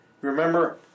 Remember